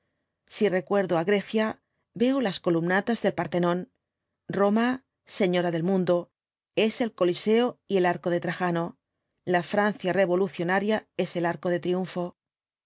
si recuerdo á grecia veo las columnatas del parthenón roma señora del mundo es el coliseo y el arco de trajano la francia revolucionaria es el arco de triunfo era